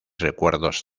recuerdos